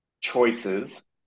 choices